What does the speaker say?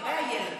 לגבי הילדים,